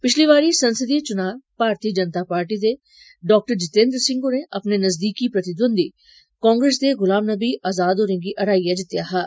पिच्छली बारी संसदीय चुनां भारतीय जनता पार्टी दे डॉक्टर जितेन्द्र सिंह होरें अपने नजदीकी प्रतिद्वन्दी कांग्रेस दे गुलाम नबी आज़ाद होरें गी हराईयै जितेया हा